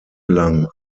lang